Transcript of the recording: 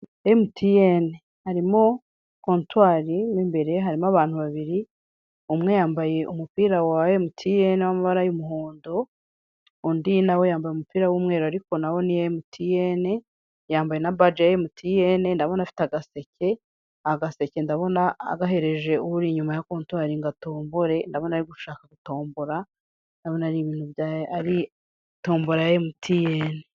Emutiyeni harimo kontwari mu imbere harimo abantu babiri umwe yambaye umupira wa emutiyeni w'amabara y'umuhondo, undi nawe yambaye umupira w'umweru ariko nawo ni emutiyeni yambaye na baje ya emutiyeni ndabona afiite agaseke, agaseke ndabona agahereje uri inyuma ya kontwari ngo atombore ndabona ari gushaka gutombora ndabina ari tombora ya emutiyeni.